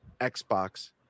Xbox